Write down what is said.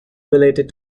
related